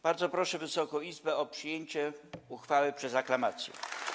Bardzo proszę Wysoką Izbę o podjęcie uchwały przez aklamację.